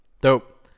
Dope